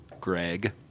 Greg